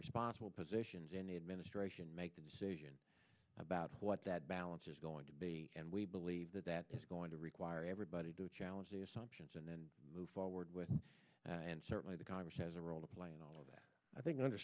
responsible positions in the administration make a decision about what that balance is going to be and we believe that that is going to require everybody to challenge assumptions and then move forward with and certainly the congress has a role to play in all of that i think under